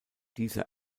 dieser